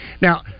Now